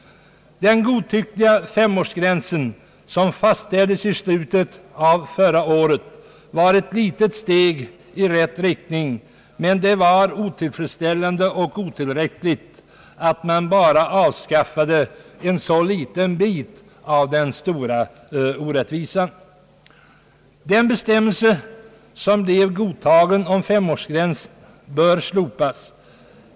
Den godtyckliga femårsgränsen, som fastställdes i slutet av förra året, var ett litet steg i rätt riktning, men det var otillfredsställande och otillräckligt att man avskaffade bara en liten bit av den stora orättvisan. Bestämmelsen om femårsgränsen bör slopas.